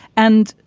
and,